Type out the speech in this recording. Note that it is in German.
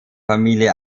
familie